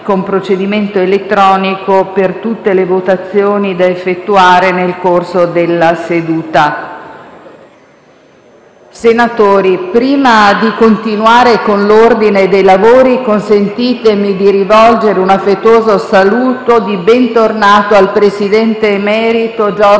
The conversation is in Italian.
senatori, prima di continuare con l'ordine dei lavori, consentitemi di rivolgere un affettuoso saluto di bentornato al presidente emerito Giorgio